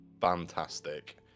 fantastic